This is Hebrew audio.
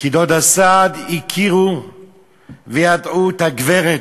פקידות הסעד הכירו וידעו את הגברת,